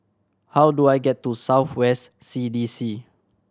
how do I get to South West C D C